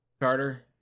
carter